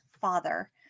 Father